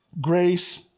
grace